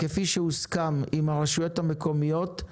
כפי שהוסכם עם הרשויות המקומיות,